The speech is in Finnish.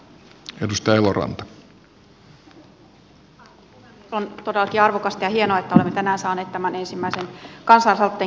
on todellakin arvokasta ja hienoa että olemme tänään saaneet tämän ensimmäisen kansalaisaloitteen käsittelyyn